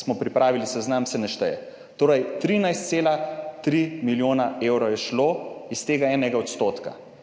smo pripravili seznam, se ne šteje, torej 13,3 milijona evrov je šlo iz tega 1 % in to